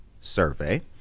Survey